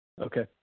Okay